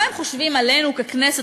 מה הם חושבים עלינו ככנסת.